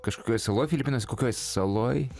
kažkokioj saloje filipinuose kokioj saloj